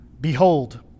Behold